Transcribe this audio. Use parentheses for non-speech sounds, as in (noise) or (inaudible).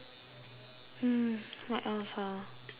(noise) what else ah